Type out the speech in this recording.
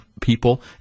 people